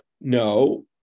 No